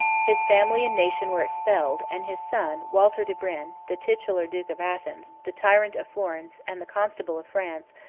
his family and nation were expelled and his son walter de brienne, the titular duke of athens, the tyrant of florence, and the constable of france,